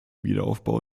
wiederaufbau